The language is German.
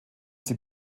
sie